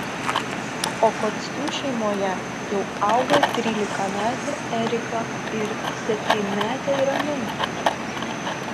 okockių šeimoje jau auga trylikametė erika ir septynmetė raminta